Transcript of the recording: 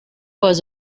was